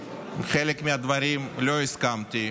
עם חלק מהדברים לא הסכמתי.